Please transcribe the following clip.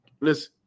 listen